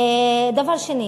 דבר שני,